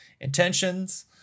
intentions